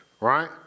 right